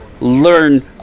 learn